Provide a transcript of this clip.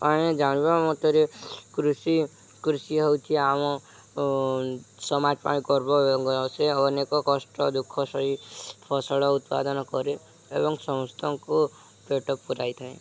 ଆମେ ଜାଣିବା ମତରେ କୃଷି କୃଷି ହେଉଛିି ଆମ ସମାଜ ପାଇଁ ଗର୍ବ ଏବଂ ସେ ଅନେକ କଷ୍ଟ ଦୁଃଖ ସହି ଫସଳ ଉତ୍ପାଦନ କରେ ଏବଂ ସମସ୍ତଙ୍କୁ ପେଟ ପୂରାଇଥାଏ